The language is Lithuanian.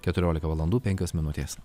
keturiolika valandų penkios minutės